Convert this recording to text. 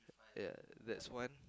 ya that's one